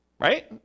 Right